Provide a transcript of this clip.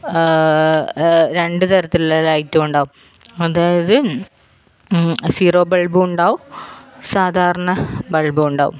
രണ്ട് തരത്തിലുള്ള ലൈറ്റും ഉണ്ടാവും അതായത് സീറോ ബൾബും ഉണ്ടാവും സാധാരണ ബൾബും ഉണ്ടാവും